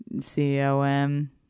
C-O-M